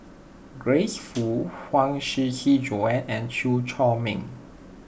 Grace Fu Huang Shiqi Joan and Chew Chor Meng